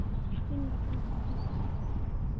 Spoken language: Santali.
ᱤᱥᱤᱱ ᱵᱟᱥᱟᱝ ᱠᱚᱜᱮ